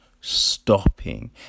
stopping